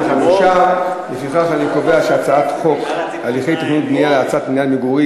25. לפיכך אני קובע שהצעת חוק הליכי תכנון ובנייה להאצת הבנייה למגורים